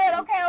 okay